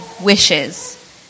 wishes